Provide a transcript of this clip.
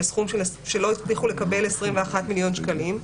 שלא הצליחו לקבל 21 מיליון שקלים.